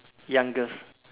youngest